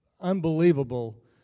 unbelievable